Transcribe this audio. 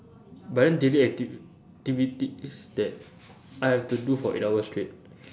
but then daily activ~ ~tivities that I have to do for eight hours straight